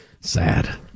Sad